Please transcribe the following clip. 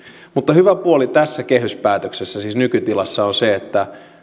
mutta hyvä puoli tässä kehyspäätöksessä siis nykytilassa on se että